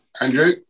Andrew